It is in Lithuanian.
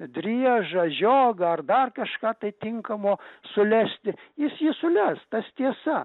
driežą žiogą ar dar kažką tai tinkamo sulesti jis jį sules tas tiesa